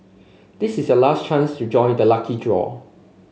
this is your last chance to join the lucky draw